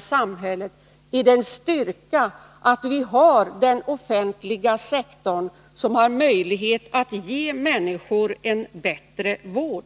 samhället är det en styrka att vi har den offentliga sektorn, som har möjlighet att ge människorna en bättre vård.